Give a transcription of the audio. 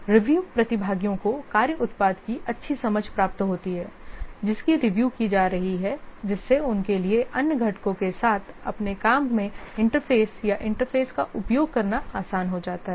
review प्रतिभागियों को कार्य उत्पाद की अच्छी समझ प्राप्त होती है जिसकी रिव्यू की जा रही है जिससे उनके लिए अन्य घटकों के साथ अपने काम में इंटरफ़ेस या इंटरफ़ेस का उपयोग करना आसान हो जाता है